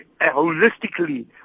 holistically